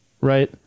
Right